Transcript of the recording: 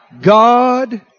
God